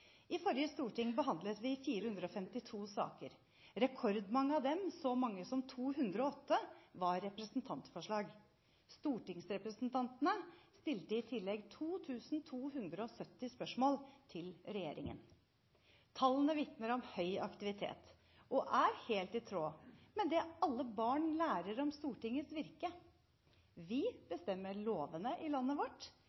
I forrige storting behandlet vi 452 saker. Rekordmange av dem, så mange som 208, var representantforslag. Stortingsrepresentantene stilte i tillegg 2 270 spørsmål til regjeringen. Tallene vitner om høy aktivitet og er helt i tråd med det alle barn lærer om Stortingets virke. Vi